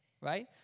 right